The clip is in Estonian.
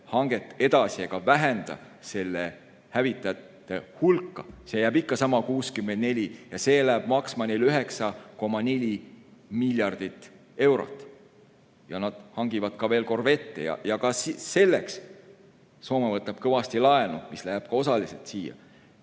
hanget edasi ega vähenda selle hävitajate hulka. See jääb ikka samaks – 64 – ja see läheb maksma 9,4 miljardit eurot. Ja nad hangivad veel korvette ja ka selleks Soome võtab kõvasti laenu. Leedu ja Poola